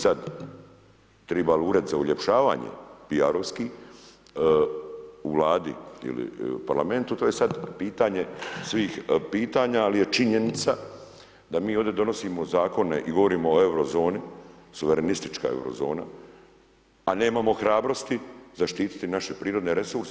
Sad treba li ured za uljepšavanje „piarovski“ u Vladi li parlamentu to je sada pitanje svih pitanja ali je činjenica da mi ovdje donosimo zakone i govorimo o eurozoni, suverenistička eurozona, a nemamo hrabrosti zaštiti naše prirodne resurse.